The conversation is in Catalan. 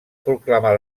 proclamar